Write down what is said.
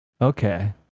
Okay